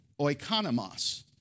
oikonomos